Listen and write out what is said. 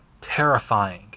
terrifying